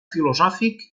filosòfic